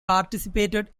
participated